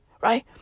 right